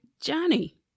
Johnny